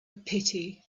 pity